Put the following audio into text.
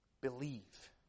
believe